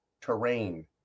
terrain